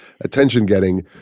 attention-getting